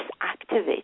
activate